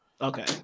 Okay